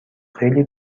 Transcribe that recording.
خیلی